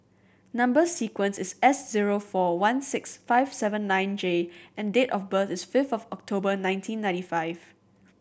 number sequence is S zero four one six five seven nine J and date of birth is fifth of October nineteen ninety five